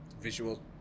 visual